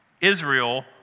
Israel